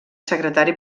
secretari